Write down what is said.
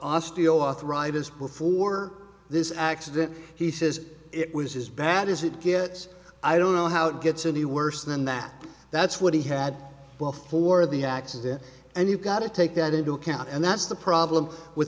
osteoarthritis before this accident he says it was as bad as it gets i don't know how to gets any worse than that that's what he had before the accident and you've got to take that into account and that's the problem with